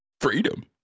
freedom